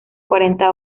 cuarenta